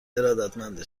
ارادتمند